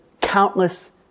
countless